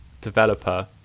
developer